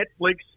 Netflix